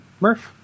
Murph